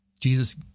Jesus